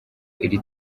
iri